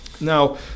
Now